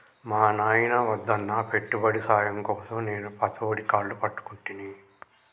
మా నాయిన వద్దన్నా పెట్టుబడి సాయం కోసం నేను పతోడి కాళ్లు పట్టుకుంటిని